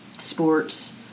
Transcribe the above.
sports